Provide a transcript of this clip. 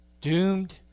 doomed